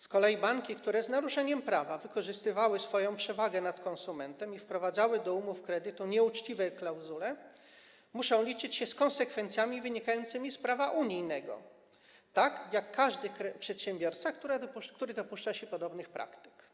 Z kolei banki, które z naruszeniem prawa wykorzystywały swoją przewagę nad konsumentem i wprowadzały do umów kredytów nieuczciwe klauzule, muszą liczyć się konsekwencjami wynikającymi z prawa unijnego, tak jak każdy przedsiębiorca, który dopuszcza się podobnych praktyk.